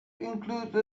include